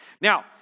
Now